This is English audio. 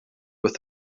with